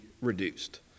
reduced